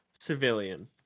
civilian